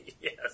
Yes